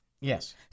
Yes